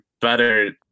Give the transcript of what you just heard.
better